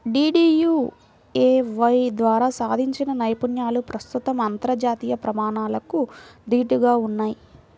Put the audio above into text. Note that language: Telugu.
డీడీయూఏవై ద్వారా సాధించిన నైపుణ్యాలు ప్రస్తుతం అంతర్జాతీయ ప్రమాణాలకు దీటుగా ఉన్నయ్